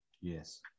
Yes